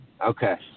Okay